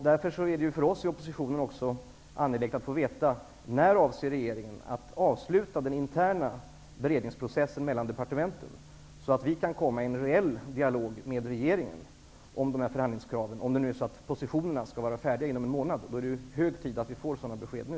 Därför är det för oss i oppositionen också angeläget att få veta: När avser regeringen att avsluta den interna beredningsprocessen mellan departementen så att vi kan komma i reell dialog med regeringen om dessa förhandlingspositioner? Om positionerna skall vara färdiga inom en månad är det hög tid att vi får sådana besked nu.